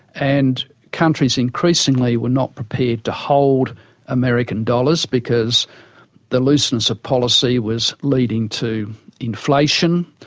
and countries increasingly were not prepared to hold american dollars because the looseness of policy was leading to inflation,